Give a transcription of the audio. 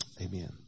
amen